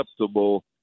acceptable